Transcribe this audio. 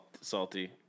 salty